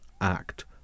act